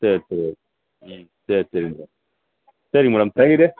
சரி சரி ம் சரி சரி மேடம் சரி மேடம் தயிர்